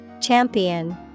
Champion